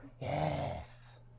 Yes